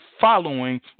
following